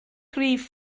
rhif